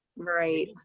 Right